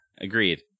agreed